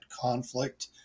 conflict